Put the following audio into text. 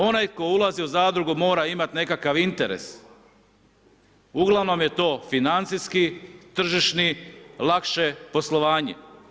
Onaj tko ulazi u zadrugu mora imat nekakav interes, uglavnom je to financijski, tržišni, lakše poslovanje.